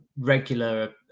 regular